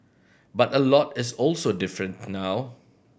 but a lot is also different now